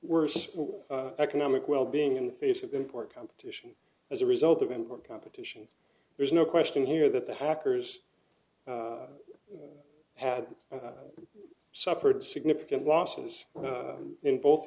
worse economic wellbeing in the face of import competition as a result of him or competition there's no question here that the hackers had suffered significant losses in both